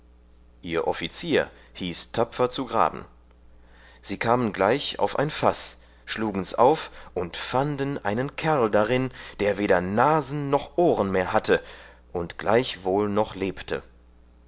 ihr offizier hieß tapfer zu graben sie kamen gleich auf ein faß schlugens auf und fanden einen kerl darin der weder nasen noch ohren mehr hatte und gleichwohl noch lebte